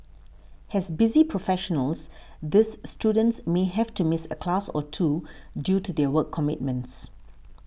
as busy professionals these students may have to miss a class or two due to their work commitments